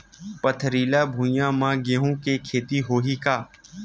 पथरिला भुइयां म गेहूं के खेती होही का?